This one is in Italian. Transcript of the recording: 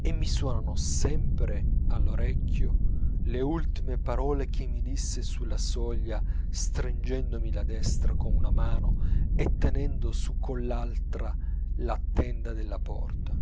e mi suonano sempre all'orecchio le ultime parole che mi disse sulla soglia stringendomi la destra con una mano e tenendo su coll'altra la tenda della porta